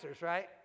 right